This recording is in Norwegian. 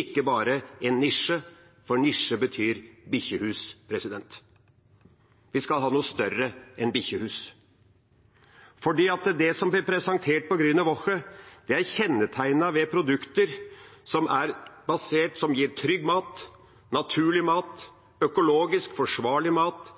ikke bare en nisje, for nisje betyr bikkjehus. Vi skal ha noe større enn bikkjehus. Det som blir presentert på Grüne Woche, er kjennetegnet ved produkter som gir trygg mat, naturlig mat, økologisk forsvarlig mat